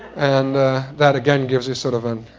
and that again gives you sort of um